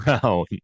Brown